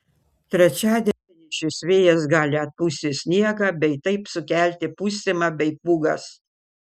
trečiadienį šis vėjas gali atpūsti sniegą bei taip sukelti pustymą bei pūgas